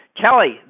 Kelly